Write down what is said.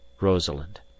rosalind